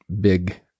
big